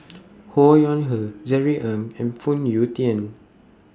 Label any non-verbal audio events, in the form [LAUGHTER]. [NOISE] Ho Yuen Hoe Jerry Ng and Phoon Yew Tien